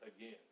again